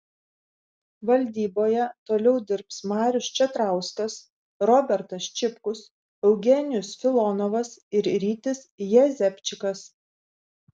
valdyboje toliau dirbs marius čatrauskas robertas čipkus eugenijus filonovas ir rytis jezepčikas